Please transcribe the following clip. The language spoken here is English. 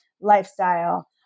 lifestyle